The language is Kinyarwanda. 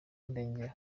ndengera